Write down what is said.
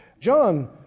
John